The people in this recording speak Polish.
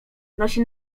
nosi